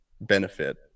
benefit